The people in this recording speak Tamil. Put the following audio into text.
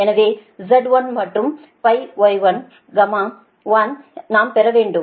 எனவே Z1 மற்றும் Y1 ஐ நாம் பெற வேண்டும்